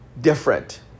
different